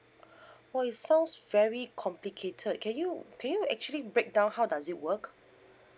!wah! it sounds very complicated can you can you actually break down how does it work